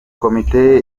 komite